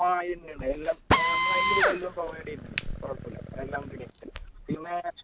ആ ഉണ്ട് ഉണ്ട് എല്ലാം നമ്മളതിൻ്റെ കൂടെ എല്ലാം പ്രൊവൈഡ് ചെയ്യുന്നുണ്ട് കുഴപ്പമില്ല എല്ലാം റെഡി ആക്കി തരാം